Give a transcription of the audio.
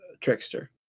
trickster